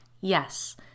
Yes